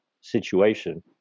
situation